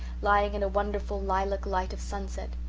lying in a wonderful lilac light of sunset.